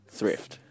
Thrift